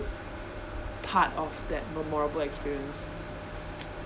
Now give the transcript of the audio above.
part of that memorable experience